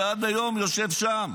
שעד היום יושב שם,